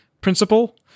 principle